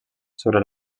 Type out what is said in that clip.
sobre